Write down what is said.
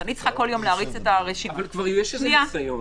כבר יש ניסיון.